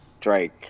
Drake